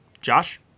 Josh